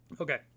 Okay